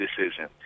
decision